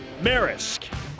Marisk